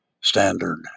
standard